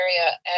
area